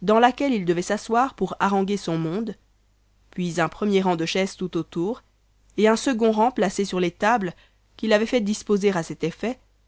dans laquelle il devait s'asseoir pour haranguer son monde puis un premier rang de chaises tout autour et un second rang placé sur les tables qu'il avait fait disposer à cet effet